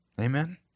Amen